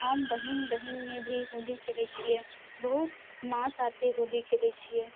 हम बहिन बहिनमे भी होली खेलै छिए बहुत माँ साथे होली खेलै छिए